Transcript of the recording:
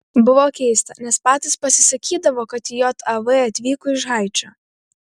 buvo keista nes patys pasisakydavo kad į jav atvyko iš haičio